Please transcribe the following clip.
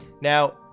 Now